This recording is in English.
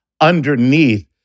underneath